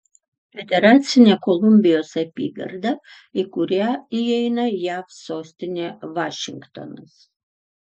federacinė kolumbijos apygarda į kurią įeina jav sostinė vašingtonas